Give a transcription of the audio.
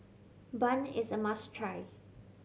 bun is a must try